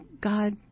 God